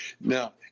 Now